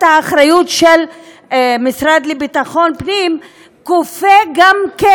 האחריות של המשרד לביטחון פנים כופה גם כן,